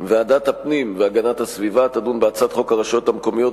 ועדת הפנים והגנת הסביבה תדון בהצעות חוק הרשויות המקומיות